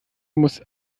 muss